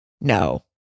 no